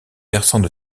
versants